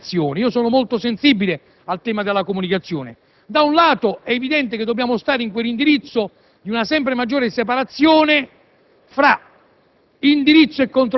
che aiuti la comunicazione (io sono molto sensibile al tema della comunicazione). Da un lato, è evidente che dobbiamo auspicare di una sempre maggiore separazione fra